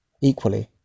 Equally